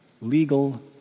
legal